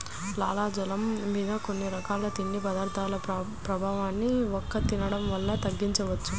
లాలాజలం మీద కొన్ని రకాల తిండి పదార్థాల ప్రభావాన్ని వక్క తినడం వల్ల తగ్గించవచ్చు